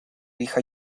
hija